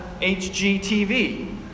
HGTV